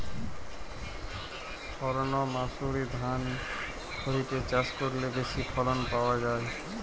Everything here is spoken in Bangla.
সর্ণমাসুরি ধান খরিপে চাষ করলে বেশি ফলন পাওয়া যায়?